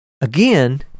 again